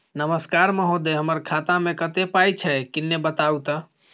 नमस्कार महोदय, हमर खाता मे कत्ते पाई छै किन्ने बताऊ त?